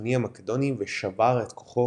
המהפכני המקדוני ושבר את כוחו,